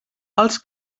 els